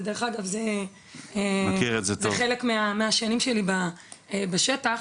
זה חלק מהשנים שלי בשטח,